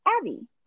Abby